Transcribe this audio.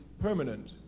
permanent